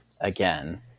again